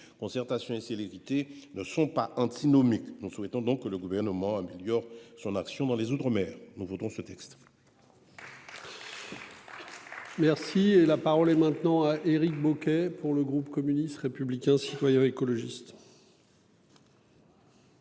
Concertation et célérité ne sont pas antinomiques. Nous souhaitons donc que le Gouvernement améliore son action dans les outre-mer. Pour autant, nous voterons ce texte. La parole est à M. Éric Bocquet, pour le groupe communiste républicain citoyen et écologiste.